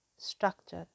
structure